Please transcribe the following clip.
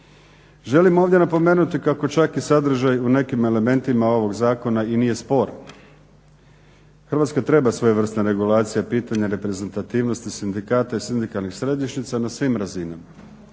Želim ovdje napomenuti kako čak i sadržaj u nekim elementima ovog zakona i nije sporan. Hrvatska treba svojevrsna regulacije pitanje reprezentativnosti sindikata i sindikalnih središnjica na svim razinama.